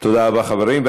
תודה רבה, חברים.